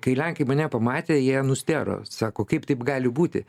kai lenkai mane pamatę jie nustėro sako kaip taip gali būti